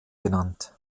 genannt